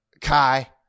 Kai